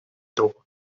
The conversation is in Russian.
другу